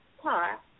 car